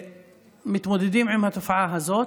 שמתמודדים עם התופעה הזאת,